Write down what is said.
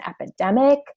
epidemic